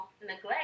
neglect